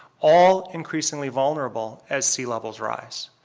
all increasingly vulnerable as sea levels rise.